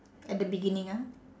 at the beginning ah